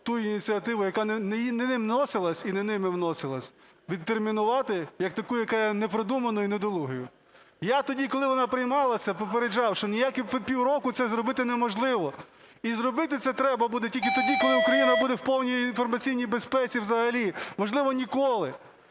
ту ініціативу, яка не вносилась і не ними вносилась, відтермінувати як таку, яка є не продуманою і недолугою. Я тоді, коли вона приймалася, попереджав, що ніякі пів року це зробити неможливо. І зробити це треба буде тільки тоді, коли Україна буде в повній інформаційній безпеці взагалі. Можливо, ніколи.